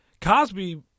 Cosby